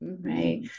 right